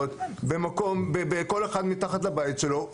כמו שצריכים להיות בכל אחד מתחת לבית שלו.